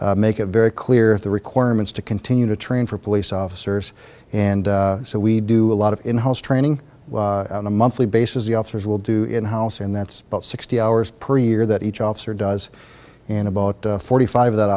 make it very clear the requirements to continue to train for police officers and so we do a lot of in house training on a monthly basis the officers will do in house and that's about sixty hours per year that each officer does in about forty five that